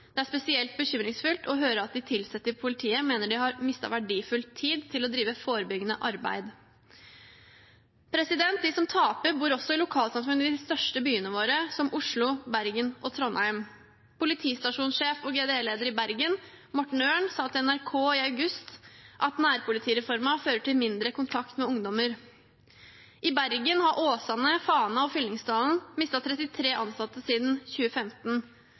Det er spesielt bekymringsfullt å høre at ansatte i politiet mener de har mista verdifull tid til å drive forebyggende arbeid.» De som taper, bor også i lokalsamfunn i de største byene våre, som Oslo, Bergen og Trondheim. Politistasjonssjef og GDE-leder i Bergen, Morten Ørn, sa til NRK i august at «Nærpolitireforma fører til mindre kontakt med ungdomar». I Bergen har Åsane, Fana og Fyllingsdalen mistet 33 ansatte siden 2015.